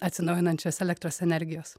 atsinaujinančios elektros energijos